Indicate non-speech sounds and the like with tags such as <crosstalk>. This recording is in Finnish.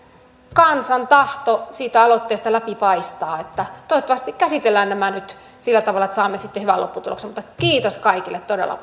kansan tahto siitä aloitteesta läpi paistaa toivottavasti käsittelemme nämä nyt sillä tavalla että saamme sitten hyvän lopputuloksen mutta kiitos kaikille todella <unintelligible>